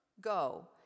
Go